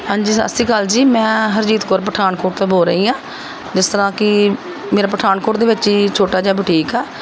ਹਾਂਜੀ ਸਤਿ ਸ਼੍ਰੀ ਅਕਾਲ ਜੀ ਮੈਂ ਹਰਜੀਤ ਕੌਰ ਪਠਾਨਕੋਟ ਤੋਂ ਬੋਲ ਰਹੀ ਹਾਂ ਜਿਸ ਤਰ੍ਹਾਂ ਕਿ ਮੇਰਾ ਪਠਾਨਕੋਟ ਦੇ ਵਿੱਚ ਹੀ ਛੋਟਾ ਜਿਹਾ ਬੁਟੀਕ ਆ